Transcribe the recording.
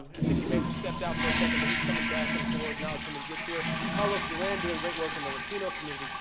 i think he may have just stepped out for a second. but he's coming back. and so we'll acknowledge him when he gets here. carlos duran, doing great work in the latino community.